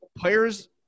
Players